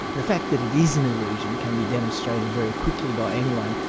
the fact that it is an illusion can be demonstrated very quickly by anyone,